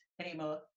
anymore